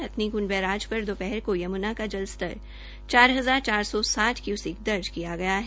Hathnikund barrage पर दोपहर को यमुनानगर का जल स्तर चार हजार चार सौ साठ क्युसिक दर्ज किया गया है